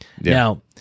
Now